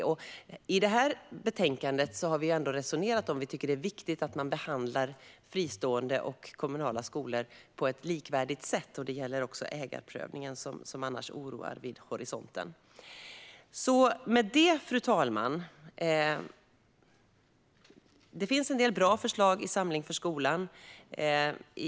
När det gäller detta betänkande har vi resonerat om att vi tycker att det är viktigt att man behandlar fristående och kommunala skolor på ett likvärdigt sätt. Det gäller också ägarprövningen som annars oroar vid horisonten. Fru talman! Det finns en del bra förslag i Samling för skolan .